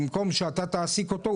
במקום שאתה תעסיק אותו,